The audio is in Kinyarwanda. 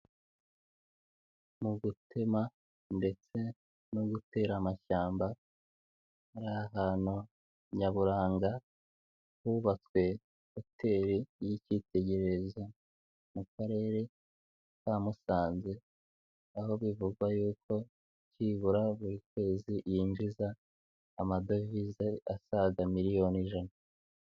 Mu gutema ndetse no gutera amashyamba, hari ahantu nyaburanga hubatswe hoteli y'ikitegererezo mu Karere ka Musanze, aho bivugwa yuko byibura buri kwezi yinjiza amadovize asaga miliyoni ijana.